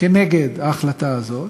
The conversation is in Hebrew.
כנגד ההחלטה הזאת.